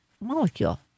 molecule